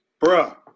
Bruh